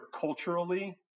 culturally